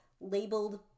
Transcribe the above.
labeled